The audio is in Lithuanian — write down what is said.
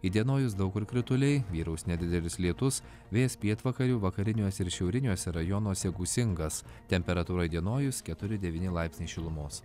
įdienojus daug kur krituliai vyraus nedidelis lietus vėjas pietvakarių vakariniuose ir šiauriniuose rajonuose gūsingas temperatūra įdienojus keturi devyni laipsniai šilumos